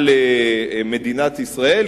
על מדינת ישראל,